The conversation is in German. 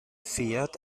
fährt